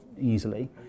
easily